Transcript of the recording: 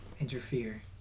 interfere